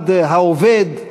המעמד העובד,